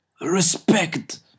respect